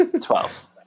Twelve